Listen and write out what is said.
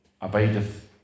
abideth